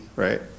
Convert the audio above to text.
Right